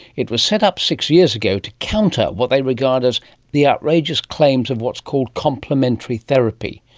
it was set up six years ago to counter what they regard as the outrageous claims of what's called complementary therapy.